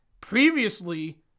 previously